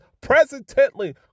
presently